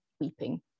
weeping